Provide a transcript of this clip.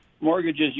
mortgages